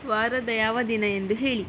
ವಾರದ ಯಾವ ದಿನ ಎಂದು ಹೇಳಿ